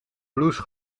blouse